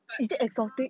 but is more